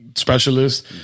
specialist